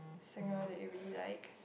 singer that you really like